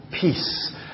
peace